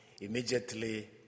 immediately